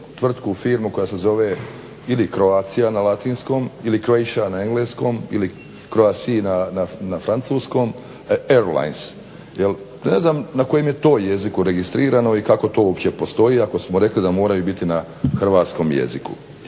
tvrtku, firmu koja se zove ili Croatia na latinskom ili Croatia na engleskom ili Croacie na francuskom airlines. Ne znam na kojem je to jeziku registrirano i kako to uopće postoji i ako smo rekli da mora biti na hrvatskom jeziku.